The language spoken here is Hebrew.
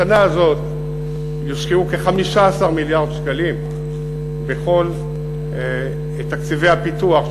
השנה הזאת יושקעו כ-15 מיליארד שקלים בכל תקציבי הפיתוח,